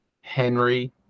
henry